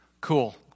Cool